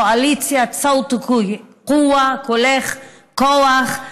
קואליציית (אומרת בערבית ומתרגמת:) קולך הוא כוח,